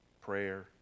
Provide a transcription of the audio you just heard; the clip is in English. prayer